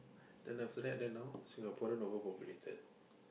then after that then now Singaporean over populated